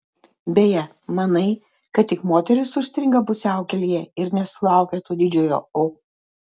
beje manai kad tik moterys užstringa pusiaukelėje ir nesulaukia to didžiojo o